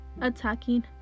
attacking